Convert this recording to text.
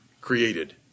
created